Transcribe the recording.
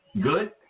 good